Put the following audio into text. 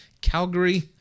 Calgary